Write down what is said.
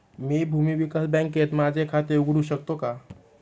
मी भूमी विकास बँकेत माझे खाते उघडू शकतो का?